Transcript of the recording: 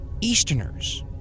easterners